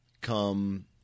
come